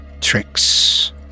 tricks